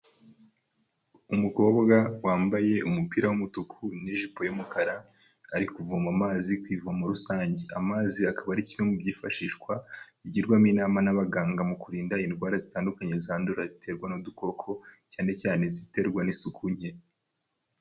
Umukobwa wambaye umupira w'umutuku n'ijipo y'umukara ari kuvoma amazi ku ivomo rusange. Amazi akaba ari kimwe mu byifashishwa bigirwamo inama n'abaganga mu kurinda indwara zitandukanye zandura ziterwa n'udukoko, cyane cyane iziterwa n'isuku nke.